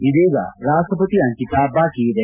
ಇದೀಗ ರಾಷ್ಷಪತಿ ಅಂಕಿತ ಬಾಕಿ ಇದೆ